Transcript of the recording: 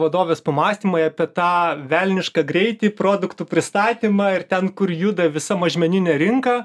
vadovės pamąstymai apie tą velnišką greitį produktų pristatymą ir ten kur juda visa mažmeninė rinka